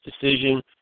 decision